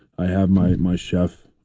i have my my chef.